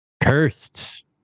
cursed